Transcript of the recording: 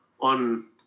on